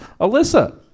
Alyssa